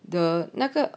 的那个